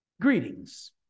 Greetings